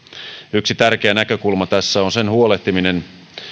yksi tärkeä näkökulma tässä on sen huolehtiminen